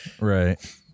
Right